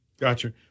Gotcha